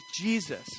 Jesus